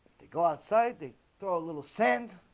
they go outside they throw a little sand